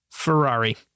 Ferrari